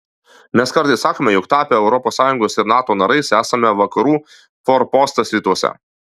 mes kartais sakome jog tapę europos sąjungos ir nato narais esame vakarų forpostas rytuose